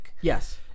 Yes